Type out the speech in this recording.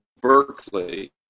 Berkeley